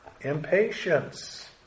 impatience